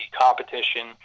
competition